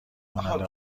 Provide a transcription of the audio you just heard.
کننده